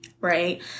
right